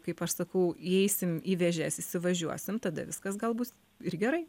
kaip aš sakau įeisim į vėžes įsivažiuosim tada viskas gal bus ir gerai